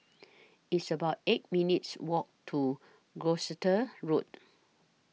It's about eight minutes' Walk to Gloucester Road